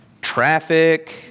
traffic